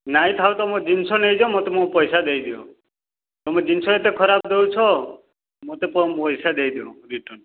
ନାଇ ଥାଉ ତୁମ ଜିନିଷ ନେଇଯାଅ ମୋତେ ମୋ ପଇସା ଦେଇଦିଅ ତୁମେ ଜିନିଷ ଏତେ ଖରାପ ଦେଉଛ ମୋତେ ମୋ ପଇସା ଦେଇଦିଅ ରିଟର୍ଣ୍ଣ